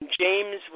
James